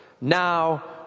Now